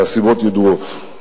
והסיבות ידועות.